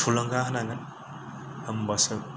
थुलुंगा होनांगोन होनबासो